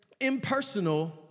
impersonal